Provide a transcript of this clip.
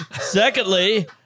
Secondly